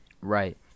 Right